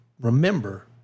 remember